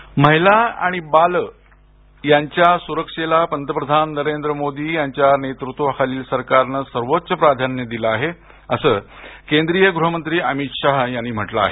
अमित शहा महिला आणि बालक यांच्या सुरक्षेला पंतप्रधान नरेंद्र मोदी यांच्या नेतृत्वाखाली सरकारनं सर्वोच्च प्राधान्य दिल आहे असं केंद्रीय गृहमंत्री अमित शहा यांनी म्हटलं आहे